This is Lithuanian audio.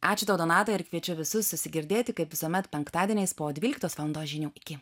ačiū tau donata ir kviečiu visus susigirdėti kaip visuomet penktadieniais po dvyliktos valandos žinių iki